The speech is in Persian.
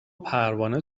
پروانه